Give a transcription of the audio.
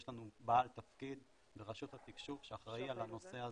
יש לנו בעל תפקיד ברשות התקשוב שאחראי על הנושא הזה.